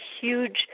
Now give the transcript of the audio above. huge